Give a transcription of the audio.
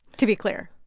to be clear